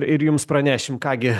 ir jums pranešim ką gi